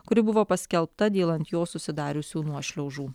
kuri buvo paskelbta dėl ant jo susidariusių nuošliaužų